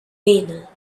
banal